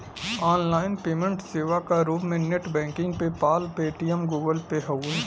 online payment सेवा क रूप में net banking PayPal, Paytm, Google Pay हउवे